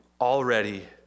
already